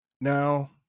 Now